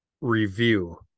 review